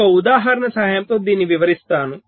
ఒక ఉదాహరణ సహాయంతో దీనిని వివరిస్తాను